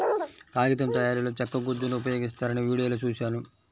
కాగితం తయారీలో చెక్క గుజ్జును ఉపయోగిస్తారని వీడియోలో చూశాను